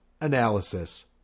Analysis